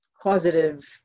causative